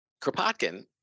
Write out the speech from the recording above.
Kropotkin